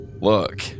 Look